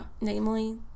namely